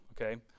okay